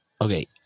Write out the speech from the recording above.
Okay